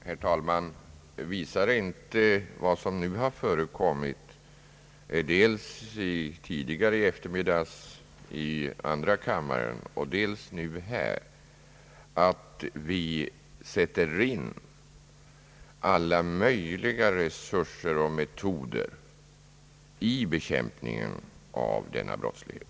Herr talman! Visar inte vad som nu har förekommit dels tidigare i eftermiddag i andra kammaren, dels nu här, att vi sätter in alla möjliga resurser och metoder i bekämpningen av denna brottslighet?